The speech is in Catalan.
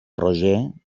roger